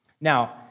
Now